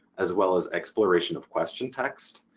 as well as exploration of question text,